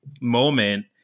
moment